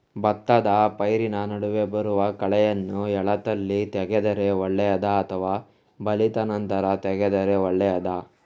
ಭತ್ತದ ಪೈರಿನ ನಡುವೆ ಬರುವ ಕಳೆಯನ್ನು ಎಳತ್ತಲ್ಲಿ ತೆಗೆದರೆ ಒಳ್ಳೆಯದಾ ಅಥವಾ ಬಲಿತ ನಂತರ ತೆಗೆದರೆ ಒಳ್ಳೆಯದಾ?